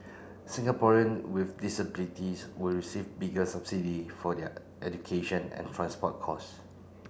Singaporean with disabilities will receive bigger subsidy for their education and transport costs